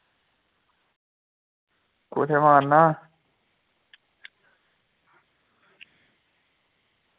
कुत्थें जाना